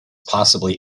possibly